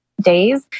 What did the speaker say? days